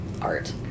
art